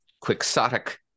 quixotic